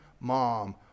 mom